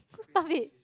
stop it